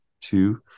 Two